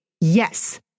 Yes